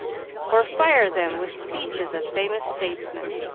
or fire them with speeches of famous statesmen.